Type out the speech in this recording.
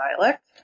dialect